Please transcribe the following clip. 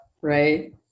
right